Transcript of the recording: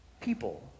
people